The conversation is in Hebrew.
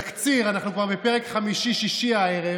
תקציר: אנחנו כבר בפרק חמישי-שישי הערב.